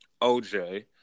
OJ